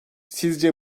sizce